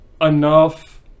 enough